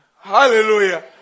Hallelujah